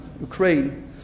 Ukraine